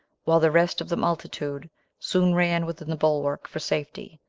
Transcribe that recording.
while the rest of the multitude soon ran within the bulwark for safety,